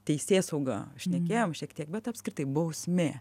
teisėsaugą šnekėjom šiek tiek bet apskritai bausmė